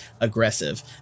aggressive